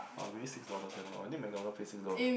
or maybe six dollars I don't know I think MacDonald's pays six dollar